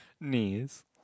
knees